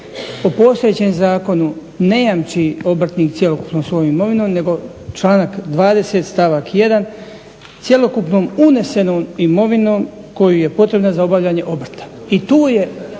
Po postojećem zakonu ne jamči obrtnik cjelokupnom svojom imovinom nego članak 20.stavak 1. "cjelokupnom unesenom imovinom koja je potrebna za obavljanje obrta"